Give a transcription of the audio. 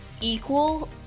equal